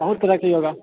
बहुत तरहके योगा